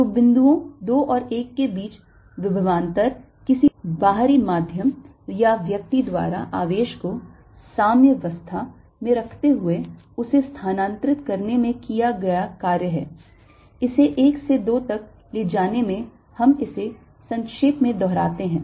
तो बिंदुओं 2 और 1 के बीच विभवांतर किसी बाहरी माध्यम या व्यक्ति द्वारा आवेश को साम्यवस्था में रखते हुए उसे स्थानांतरित करने में किया गया कार्य है इसे 1 से 2 तक ले जाने में हम इसे संक्षेप मे दोहराते हैं